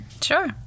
Sure